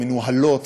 הן מנוהלות,